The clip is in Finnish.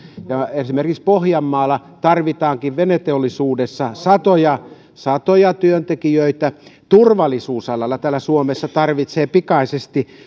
esimerkiksi pohjanmaalla tarvitaankin veneteollisuudessa satoja satoja työntekijöitä turvallisuusalalla täällä suomessa tarvitaan pikaisesti